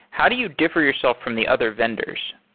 how do you differ yourself from the other vendors?